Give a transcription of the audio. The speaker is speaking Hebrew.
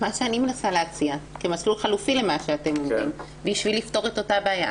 אני מנסה להציע כמסלול חלופי למה שאתם אומרים בשביל לפתור את אותה בעיה,